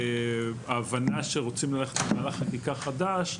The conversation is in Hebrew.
וההבנה שרוצים ללכת למהלך חקיקה חדש,